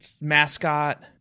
mascot